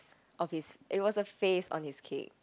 of his it was a face on his cake